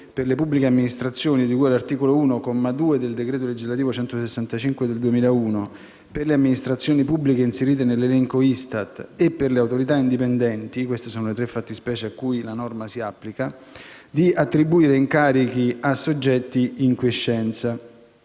per le pubbliche amministrazioni di cui all'articolo 1, comma 2, del decreto legislativo n. 165 del 2001, per le amministrazioni pubbliche inserite nell'elenco ISTAT e per le autorità indipendenti (queste sono le tre fattispecie cui la norma si applica), di attribuire incarichi a soggetti in quiescenza.